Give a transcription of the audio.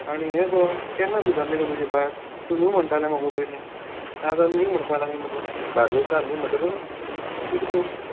आनी हें गो केन्ना सुदारली गो तुजी भास तूं न्हय म्हणटालें मुगो पयलीं नाजाल्या न्हय म्हणपा लागलें मुगो बारदेसा न्हय म्हणटा कितें गो